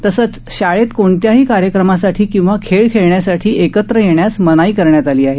तसंच शाळेत कोणत्याही कार्यक्रमासाठी किंवा खेळ खेळण्यासाठी एकत्र येण्यास मनाई करण्यात आली आहे